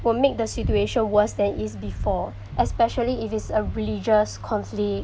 will make the situation worse than is before especially if it's a religious conflict